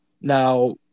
Now